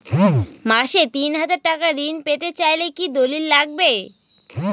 মাসে তিন হাজার টাকা ঋণ পেতে চাইলে কি দলিল লাগবে?